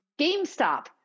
GameStop